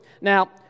Now